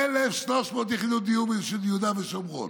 1,300 יחידות דיור ביהודה ושומרון.